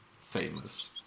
famous